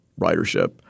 ridership